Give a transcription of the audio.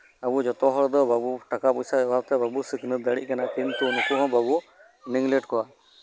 ᱟᱵᱚ ᱡᱚᱛᱚ ᱦᱚᱲ ᱫᱚ ᱴᱟᱠᱟ ᱯᱚᱭᱥᱟ ᱚᱵᱷᱟᱵ ᱛᱮ ᱵᱟᱵᱚ ᱥᱤᱠᱷᱱᱟᱹᱛ ᱫᱟᱲᱮᱭᱟᱜ ᱠᱟᱱᱟ ᱠᱤᱱᱛᱩ ᱚᱠᱚᱭ ᱦᱚᱸ ᱵᱟᱵᱚ ᱱᱤᱜᱽᱞᱮᱰ ᱠᱚᱣᱟ